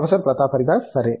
professor Pratap Haridas సరే